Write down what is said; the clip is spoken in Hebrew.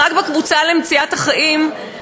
ורק בקבוצה למציאת אחאים,